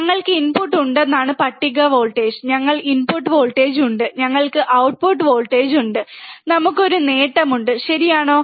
ഞങ്ങൾക്ക് ഇൻപുട്ട് ഉണ്ടെന്നതാണ് പട്ടിക വോൾട്ടേജ് ഞങ്ങൾക്ക് ഇൻപുട്ട് വോൾട്ടേജ് ഉണ്ട് ഞങ്ങൾക്ക് ഔട്ട്പുട്ട് വോൾട്ടേജ് ഉണ്ട് ഞങ്ങൾക്ക് ഒരു നേട്ടമുണ്ട് ശരിയാണോ